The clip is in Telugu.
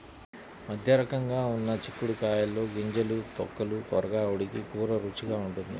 మధ్యరకంగా ఉన్న చిక్కుడు కాయల్లో గింజలు, తొక్కలు త్వరగా ఉడికి కూర రుచిగా ఉంటుంది